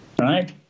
right